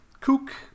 kook